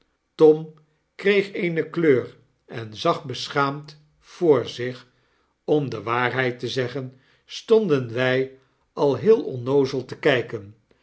tom kreeg eene kleur en zag beschaamd voor zich om de waarheid te zeggen stonden wij al heel onnoozel te kpen